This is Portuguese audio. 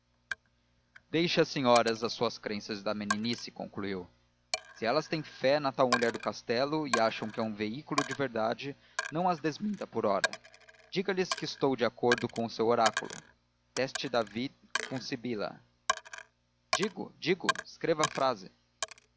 às senhoras as suas crenças da meninice concluiu se elas têm fé na tal mulher do castelo e acham que é um veículo de verdade não as desminta por hora diga lhes que eu estou de acordo com o seu oráculo teste david cum sibylla digo digo escreva a frase